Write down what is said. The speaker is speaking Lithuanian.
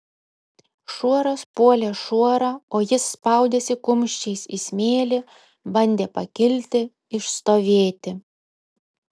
šuoras puolė šuorą o jis spaudėsi kumščiais į smėlį bandė pakilti išstovėti